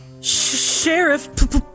Sheriff